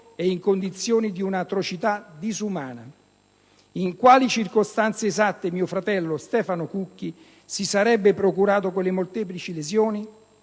e in condizioni di un'atrocità disumana, in quali circostanze esatte mio fratello, Stefano Cucchi, si sarebbe procurato quelle molteplici lesioni?